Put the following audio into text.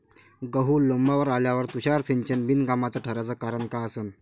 गहू लोम्बावर आल्यावर तुषार सिंचन बिनकामाचं ठराचं कारन का असन?